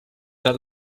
that